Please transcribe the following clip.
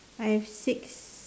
I have six